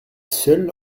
seule